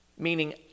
meaning